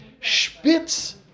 spitz